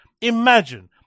Imagine